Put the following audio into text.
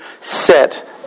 set